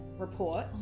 report